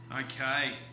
Okay